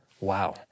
wow